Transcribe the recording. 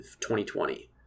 2020